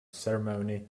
ceremony